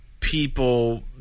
People